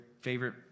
favorite